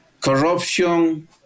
corruption